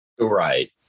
Right